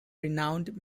renowned